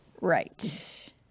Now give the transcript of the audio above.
Right